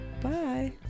bye